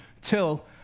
till